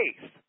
faith